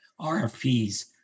RFPs